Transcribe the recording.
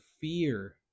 fear